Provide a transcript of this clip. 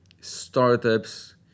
startups